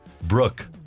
Brooke